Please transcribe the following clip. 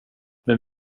men